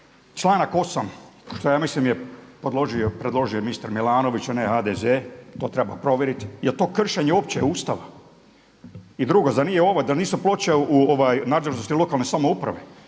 Članak 8. što je mislim je predložio mister Milanović a ne HDZ to treba provjeriti, jel to kršenje uopće Ustava? I drugo, zar nije ovo da nisu ploče u nadležnosti lokalne samouprave?